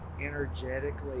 energetically